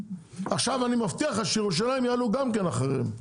עכשיו אני מבטיח לך שירושלים יעלו גם כן אחריהם.